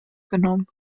genommen